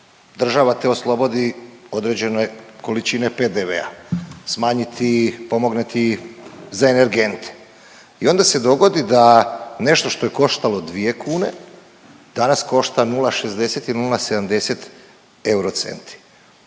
Država te oslobodi određene količine PDV-a, smanji ti, pomogne ti za energente i onda se dogodi da nešto što je koštalo 2 kune danas košta 0,60 ili 0,70 eurocenti.